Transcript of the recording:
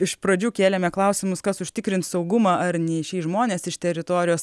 iš pradžių kėlėme klausimus kas užtikrins saugumą ar neišeis žmonės iš teritorijos